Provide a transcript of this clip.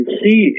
see